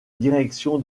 direction